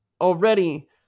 already